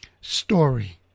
story